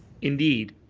indeed.